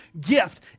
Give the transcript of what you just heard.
gift